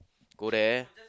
go there